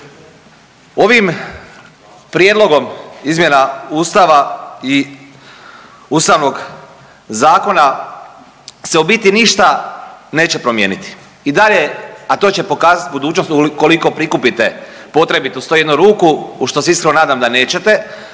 Ovim prijedlogom izmjena Ustava i Ustavnog zakona se u biti ništa neće promijeniti i dalje, a to će pokazati budućnost ukoliko prikupite potrebitu 101 ruku u što se iskreno nadama da nećete,